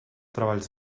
treballs